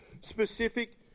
specific